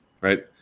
Right